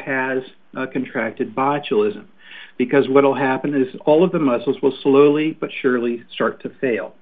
has contracted botulism because what will happen is all of the muscles will slowly but surely start to fail